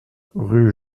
rue